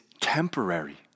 temporary